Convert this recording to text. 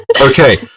Okay